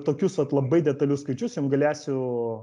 tokius vat labai detalius skaičius jums galėsiu